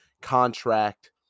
contract